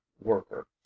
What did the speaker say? worker